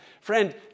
Friend